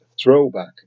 throwback